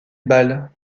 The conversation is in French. balles